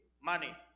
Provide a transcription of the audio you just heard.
money